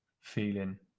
feeling